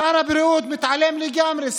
שר הבריאות מתעלם לגמרי,